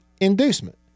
inducement